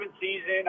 season